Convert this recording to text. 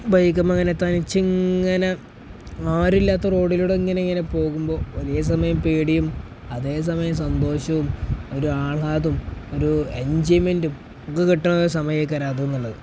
ബൈക്കിന്മേൽ ഇങ്ങനെ തനിച്ചിങ്ങനെ ആരുമില്ലാത്ത റോഡിലൂടെ ഇങ്ങനെ ഇങ്ങനെ പോകുമ്പോൾ ഒരേ സമയം പേടിയും അതേ സമയം സന്തോഷവും ഒരു ആഹ്ളാദവും ഒരു എഞ്ചോയ്മെൻ്റും ഒക്കെ കിട്ടണ സമയക്കാലമാണ് അതെന്നുള്ളത്